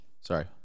Sorry